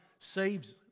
Saves